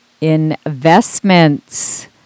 investments